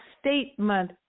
statement